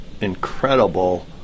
incredible